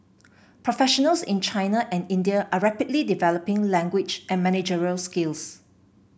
professionals in China and India are rapidly developing language and managerial skills